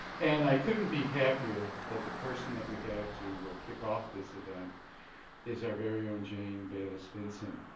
and i couldn't be happier that the person that we have to kick off this event is our very own jane berliss-vincent.